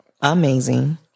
Amazing